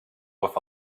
with